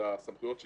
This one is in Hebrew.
והסמכויות שלי,